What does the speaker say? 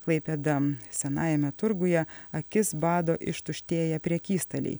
klaipėda senajame turguje akis bado ištuštėję prekystaliai